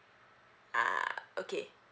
ah okay